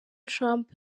trump